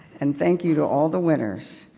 and thank you to all the winners,